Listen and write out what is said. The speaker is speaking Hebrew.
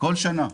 כל שנה.